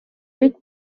kõik